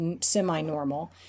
semi-normal